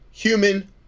Human